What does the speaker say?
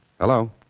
Hello